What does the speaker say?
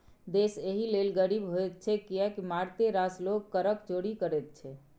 देश एहि लेल गरीब होइत छै किएक मारिते रास लोग करक चोरि करैत छै